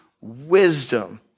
wisdom